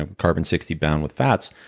um carbon sixty bound with fats,